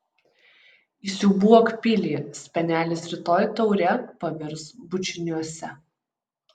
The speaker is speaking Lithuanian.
įsiūbuok pilį spenelis rytoj taure pavirs bučiniuose